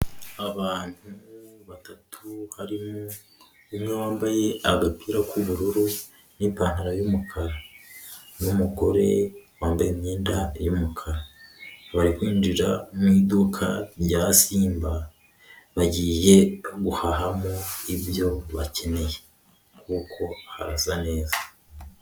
Abantu batatu barimo umwe wambaye agapira k'ubururu n'ipantaro y'umukara n'umugore wambaye imyenda y'umukara bari kwinjira mu iduka rya simba bagiye guhaha mo ibyo bakeneyenye.